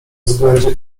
względzie